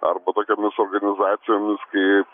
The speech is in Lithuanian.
arba tokiomis organizacijomis kaip